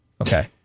okay